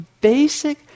basic